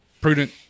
prudent